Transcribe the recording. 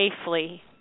safely